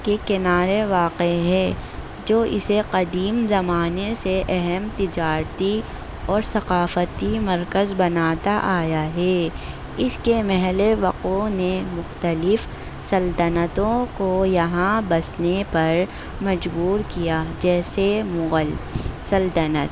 کے کنارے واقع ہے جو اسے قدیم زمانے سے اہم تجارتی اور ثقافتی مرکز بناتا آیا ہے اس کے محل وقوع نے مختلف سلطنتوں کو یہاں بسنے پر مجبور کیا جیسے مغل سلطنت